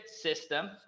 system